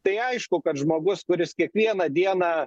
tai aišku kad žmogus kuris kiekvieną dieną